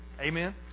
Amen